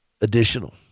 additional